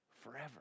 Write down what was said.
forever